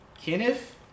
Kenneth